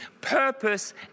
purpose